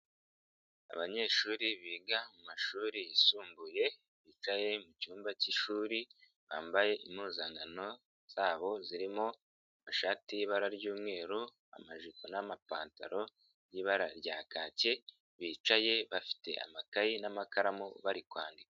Abanyeshuri biga mu mumashuri yisumbuye bicaye mu cyumba k'ishuri bambaye impuzankano zabo zirimo amashati y'ibara ry'umweru, amajipo n'amapantaro y'ibara rya kake, bicaye bafite amakaye n'amakaramu bari kwandika.